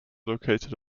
located